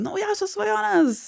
naujausios svajonės